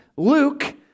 Luke